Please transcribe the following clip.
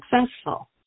successful